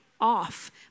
off